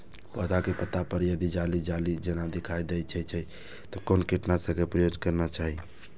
पोधा के पत्ता पर यदि जाली जाली जेना दिखाई दै छै छै कोन कीटनाशक के प्रयोग करना चाही?